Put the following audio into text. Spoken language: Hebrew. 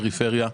פריפריה.